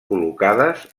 col·locades